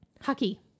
Hockey